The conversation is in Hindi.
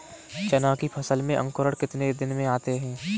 चना की फसल में अंकुरण कितने दिन में आते हैं?